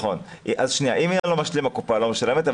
אם אין לו ביטוח משלים הקופה לא משלמת,